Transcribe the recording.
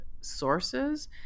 sources